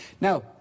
Now